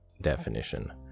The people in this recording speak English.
Definition